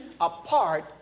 apart